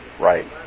right